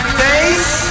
face